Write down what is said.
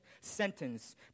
sentence